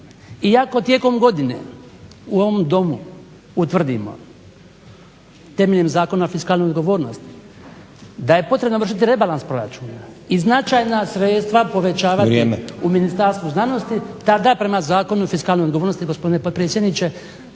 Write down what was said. ako tijekom godine u ovom Domu utvrdimo temeljem Zakona o fiskalnoj odgovornosti da je potrebno vršiti rebalans proračuna i značajna sredstva povećavati. … /Upadica: Vrijeme./ … U Ministarstvu znanosti, tada prema Zakonu o fiskalnoj odgovornosti gospodine potpredsjedniče